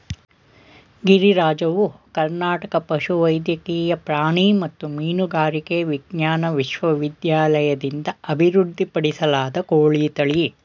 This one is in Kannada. ಗಿರಿರಾಜವು ಕರ್ನಾಟಕ ಪಶುವೈದ್ಯಕೀಯ ಪ್ರಾಣಿ ಮತ್ತು ಮೀನುಗಾರಿಕೆ ವಿಜ್ಞಾನ ವಿಶ್ವವಿದ್ಯಾಲಯದಿಂದ ಅಭಿವೃದ್ಧಿಪಡಿಸಲಾದ ಕೋಳಿ ತಳಿ